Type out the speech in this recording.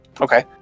Okay